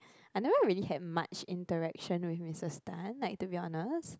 I never really have much interaction with Missus Tan like to be honest